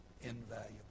invaluable